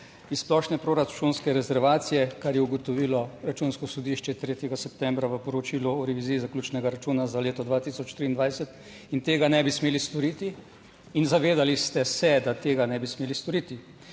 iz splošne proračunske rezervacije, kar je ugotovilo Računsko sodišče 3. septembra v poročilu o reviziji zaključnega računa za leto 2023 in tega ne bi smeli storiti. In zavedali ste se, da tega ne bi smeli storiti.